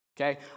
okay